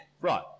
Right